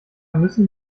müssen